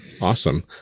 Awesome